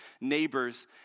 Neighbors